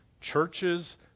churches